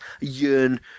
yearn